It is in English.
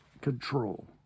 control